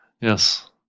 Yes